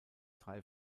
drei